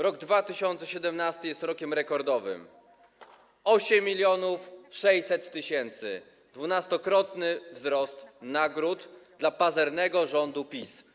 Rok 2017 jest rokiem rekordowym: 8600 tys., 12-krotny wzrost nagród dla pazernego rządu PiS.